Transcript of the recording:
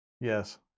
Yes